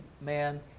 man